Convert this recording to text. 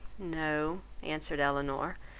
no, answered elinor,